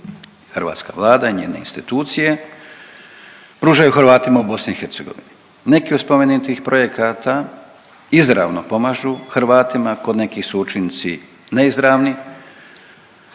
hrvatska Vlada i njene institucije pružaju Hrvatima u BIH. Neki od spomenutih projekata izravno pomažu Hrvatima kod nekih su učinci neizravni,